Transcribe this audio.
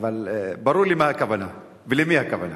אבל ברור לי מה הכוונה ולמי הכוונה.